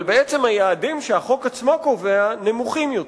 אבל בעצם היעדים שהחוק עצמו קובע נמוכים יותר.